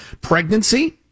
Pregnancy